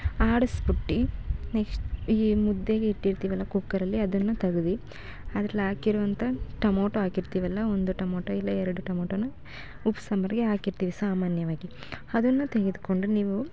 ಆಡಸ್ಬಿಟ್ಟಿ next ಈ ಮುದ್ದೆಗೆ ಇಟ್ಟಿರ್ತೀವಲ್ಲ ಕುಕ್ಕರಲ್ಲಿ ಅದನ್ನು ತೆಗ್ದು ಅದ್ರಲ್ಲಿ ಹಾಕಿರೋವಂತ ಟಮೋಟೋ ಹಾಕಿರ್ತೀವಲ್ಲ ಒಂದು ಟಮೋಟೋ ಇಲ್ಲ ಎರಡು ಟಮೋಟೊನ ಉಪ್ಪು ಸಾಂಬರ್ಗೆ ಹಾಕಿರ್ತೀವಿ ಸಾಮಾನ್ಯವಾಗಿ ಅದುನ್ನ ತೆಗೆದುಕೊಂಡು ನೀವು